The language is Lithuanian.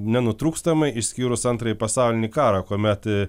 nenutrūkstamai išskyrus antrąjį pasaulinį karą kuomet